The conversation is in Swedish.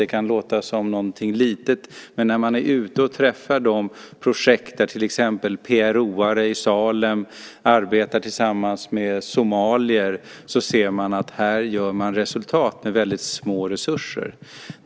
Det kan låta som något litet. Men när man är ute och träffar människorna i dessa projekt där till exempel PRO-are i Salem arbetar tillsammans med somalier ser man att man här uppnår resultat med väldigt små resurser.